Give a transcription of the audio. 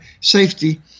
safety